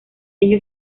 ello